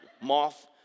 moth